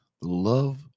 Love